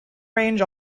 range